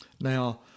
Now